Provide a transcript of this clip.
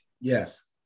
Yes